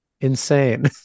insane